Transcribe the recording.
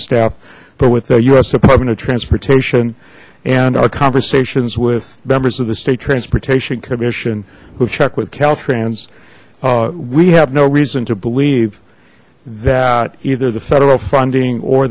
staff but with the us department of transportation and our conversations with members of the state transportation commission who've checked with caltrans we have no reason to believe that either the federal funding or